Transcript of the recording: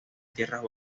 tierras